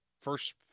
first